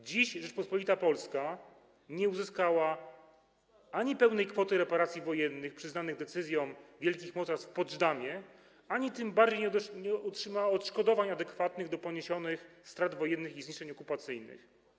Do dziś Rzeczpospolita Polska nie uzyskała ani pełnej kwoty reparacji wojennych przyznanych decyzją wielkich mocarstw w Poczdamie, ani tym bardziej odszkodowań adekwatnych do poniesionych strat wojennych i zniszczeń okupacyjnych.